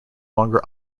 longer